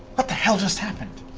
what the hell just happened?